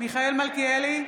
מיכאל מלכיאלי,